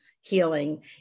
healing